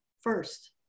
first